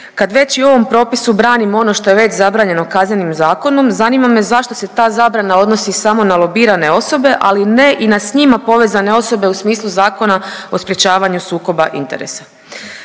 Kad već i u ovom propisu branimo ono što je već zabranjeno Kaznenim zakonom zanima me zašto se ta zabrana odnosi samo na lobirane osobe, ali ne i na s njima povezane osobe u smislu Zakona o sprječavanju sukoba interesa.